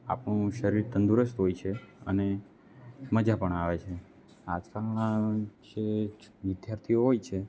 આપણું શરીર તંદુરસ્ત હોય છે અને મજા પણ આવે છે આજકાલના જે વિદ્યાર્થીઓ હોય છે